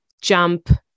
jump